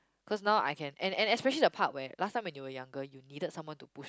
cause now I can and and especially the part where last time when you were younger you needed someone to push